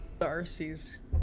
Darcy's